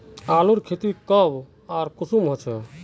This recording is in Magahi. आलूर खेती कब आर कुंसम होचे?